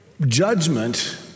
judgment